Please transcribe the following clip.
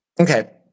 Okay